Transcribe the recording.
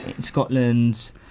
Scotland